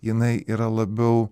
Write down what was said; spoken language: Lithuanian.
jinai yra labiau